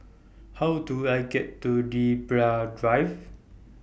How Do I get to Libra Drive